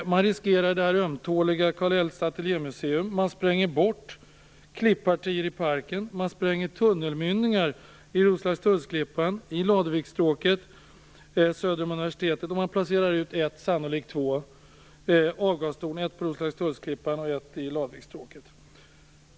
Vidare riskerar man det ömtåliga Carl Eldhs Ateljémuseum, man spränger bort klippartier i parken, man spränger tunnelmynningar i Roslagstullsklippan och i Laduviksstråket söder om universitetet, och man placerar ut ett, sannolikt två, avgastorn - ett på Roslagstullsklippan och ett i Laduviksstråket.